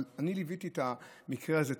אבל אני ליוויתי את המקרה הזה,